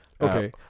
Okay